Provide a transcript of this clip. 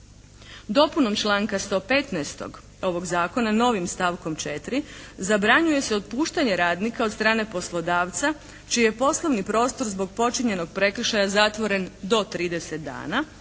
Dopunom članka 115. ovog zakona novim stavkom 4. zabranjuje se otpuštanje radnika od strane poslodavca čiji je poslovni prostor zbog počinjenog prekršaja zatvoren do 30 dana